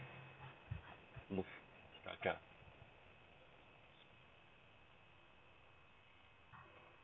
move